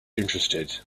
interested